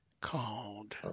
called